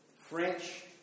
French